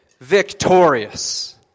victorious